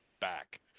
back